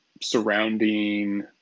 surrounding